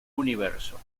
universo